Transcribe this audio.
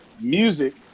Music